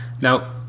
Now